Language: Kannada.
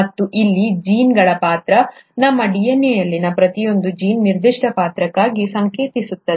ಮತ್ತು ಇಲ್ಲಿ ಜೀನ್ಗಳ ಪಾತ್ರ ನಮ್ಮ DNA ಯಲ್ಲಿನ ಪ್ರತಿಯೊಂದು ಜೀನ್ ನಿರ್ದಿಷ್ಟ ಪಾತ್ರಕ್ಕಾಗಿ ಸಂಕೇತಿಸುತ್ತದೆ